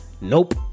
nope